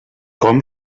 komm